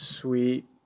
Sweet